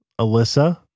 Alyssa